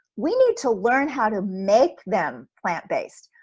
we need to learn how to make them plant-based.